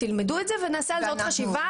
תלמדו את זה ונעשה על זה עוד חשיבה,